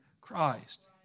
Christ